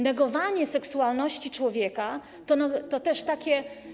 Negowanie seksualności człowieka to też takie.